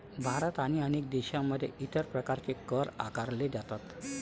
भारत आणि अनेक देशांमध्ये इतर प्रकारचे कर आकारले जातात